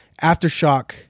Aftershock